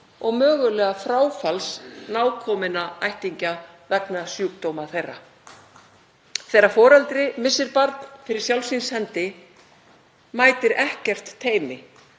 og mögulega fráfalls nákominna ættingja vegna sjúkdóma þeirra. Þegar foreldri missir barn fyrir sjálfs síns hendi mætir ekkert teymi